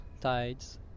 tides